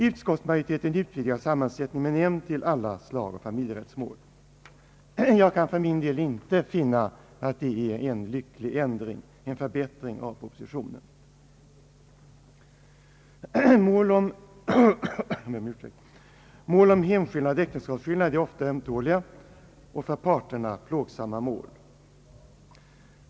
Utskottsmajoriteten vill utvidga sammansättningen med nämnd till alla slag av familjerättsmål. Jag kan för min del inte finna att det vore en förbättring av propositionens förslag. Mål om hemskillnad och äktenskapsskillnad är ofta ömtåliga och för parterna plågsamma mål.